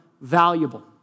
valuable